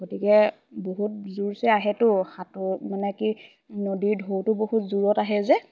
গতিকে বহুত জোৰছে আহেতো সাঁতোৰ মানে কি নদীৰ ঢৌতো বহুত জোৰত আহে যে